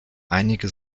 einige